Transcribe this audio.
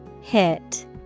Hit